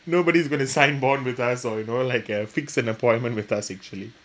nobody's going to sign bond with us or you know like uh fix an appointment with us actually